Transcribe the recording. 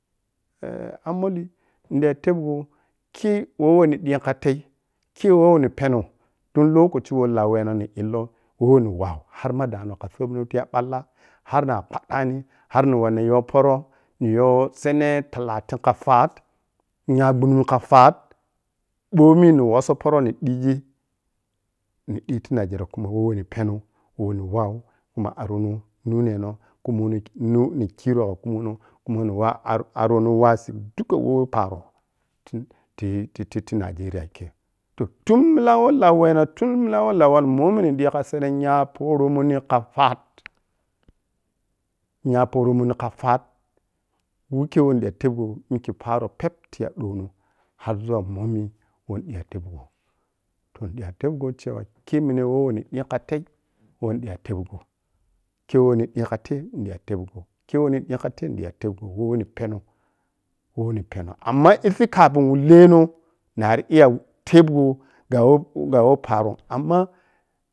Eh anmoli niɓiya tebgho khewowo ni ɓiya khatei khe khe wo wohni peno tun lokaci woh laweno ni illor weh ni wau harma dano kha sobno tiya balla har na kpaɓɓani harni wanna yo poro ni sene tala kha fat nyagbunum kha fat. Bohmi ni woso poro ni ɓighi, niɓiti nigeria khumo wo wehni penou we wehni wau thuma arono nuneno, khumo na nine khiro kha khumo no khuma ni wa ar arono wa sighi duka wo woh paro ti ti ti nigeria khe toh- tun milan melan weno niɓikha sene nya poromoni kha fati nyaporomoni kha cat wukhe wo ni sita tebgon wichkhe paro pep tiy dhono harzuma momi weh niɓiya tebgo toh ni ɓiya tebgo cewa khe mine weh woh ni ɓikhatei nidiya tebgo wo weneh peno woh wehni peno amma isi kappun leno nari iya tebgon ghamo paron ammah.